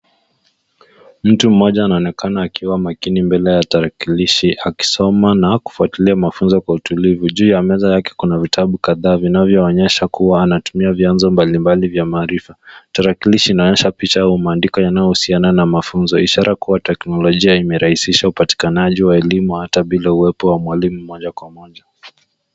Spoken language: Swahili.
Mtu mmoja anaonekana akiwa makini mbele ya tarakilishi akisoma na kufuatilia mafunzo kwa utulivu. Juu ya meza yake kuna vitabu kadhaa, vinavyoonyesha kuwa anatumia vyanzo mbalimbali vya maarifa. Tarakilishi inaonyesha picha au maandiko yanayohusiana na mafunzo. Ishara kuwa teknolojia imerahisisha upatikanaji wa elimu hata bila uwepo wa mwalimu moja kwa moja.